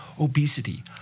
obesity